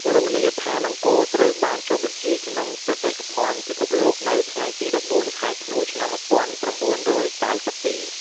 រមណីយដ្ឋានអង្គរ ត្រូវបានចុះបញ្ជីក្នុងបេតិកភណ្ឌភិភពលោកនៅថ្ងៃទី១៤ ខែធ្នូ ឆ្នាំ១៩៩២។